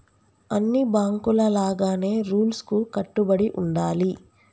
అన్ని బాంకుల లాగానే రూల్స్ కు కట్టుబడి ఉండాలి